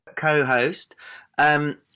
co-host